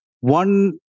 one